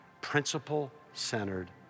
principle-centered